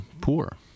poor